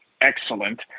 excellent